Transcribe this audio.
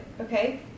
okay